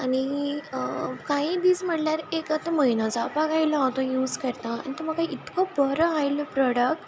आनी काही दीस म्हणल्यार एक आतां म्हयनो जावपाक आयलो हांव तो यूज करता आनी तो म्हाका इतलो बरो आयलो प्रोडक्ट